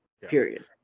period